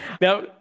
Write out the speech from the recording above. Now